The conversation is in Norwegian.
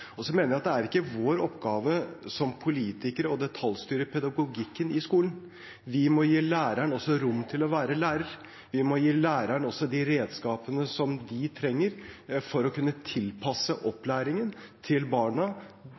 Så mener jeg at det ikke er vår oppgave som politikere å detaljstyre pedagogikken i skolen. Vi må gi læreren rom til å være lærer. Vi må gi lærerne de redskapene de trenger for å kunne tilpasse opplæringen til barna,